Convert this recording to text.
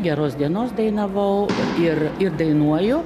geros dienos dainavau ir ir dainuoju